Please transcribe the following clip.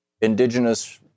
indigenous